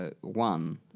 one